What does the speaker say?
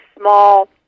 small